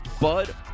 bud